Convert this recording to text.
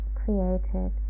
created